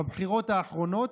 בבחירות האחרונות,